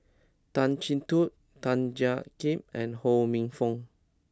Tan Chin Tuan Tan Jiak Kim and Ho Minfong